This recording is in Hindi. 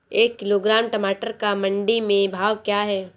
एक किलोग्राम टमाटर का मंडी में भाव क्या है?